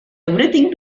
everything